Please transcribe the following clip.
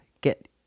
get